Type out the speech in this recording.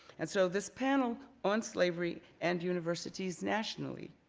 and so this panel on slavery and universities nationally,